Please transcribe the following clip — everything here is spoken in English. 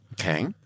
Okay